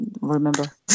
remember